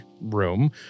room